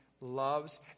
loves